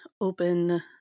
open